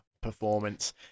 performance